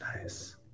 nice